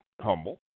humble